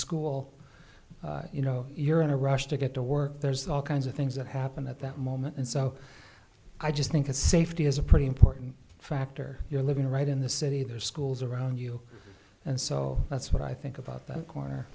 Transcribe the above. school you know you're in a rush to get to work there's all kinds of things that happen at that moment and so i just think it's safety is a pretty important factor you're living right in the city there are schools around you and so that's what i think about that corner